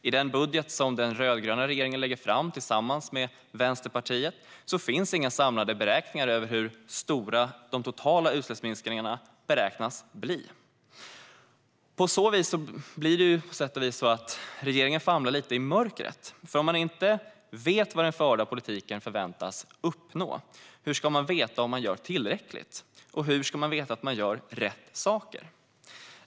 I den budget som den rödgröna regeringen lägger fram tillsammans med Vänsterpartiet finns inga samlade beräkningar av hur stora de totala utsläppsminskningarna förväntas bli. Därför blir det på sätt och vis så att regeringen famlar lite i mörkret - om man inte vet vad den förda politiken förväntas uppnå, hur ska man veta om man gör tillräckligt? Och hur ska man veta att man gör rätt saker?